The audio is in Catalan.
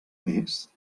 més